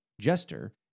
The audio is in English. Jester